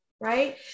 Right